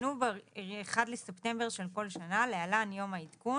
יתעדכנו ב-1 בספטמבר של כל שנה (להלן - יום העדכון)